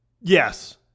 Yes